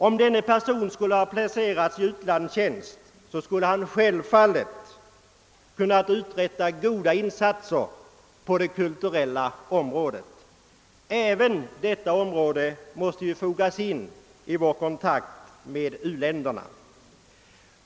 Om denne man hade placerats i u-landstjänst, skulle han självfallet ha kunnat uträtta goda insatser på det kulturella området; även det området måste ju fogas in i vår kontakt med u-länderna.